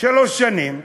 שלוש שנים,